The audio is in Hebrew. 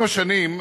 עם השנים,